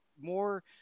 more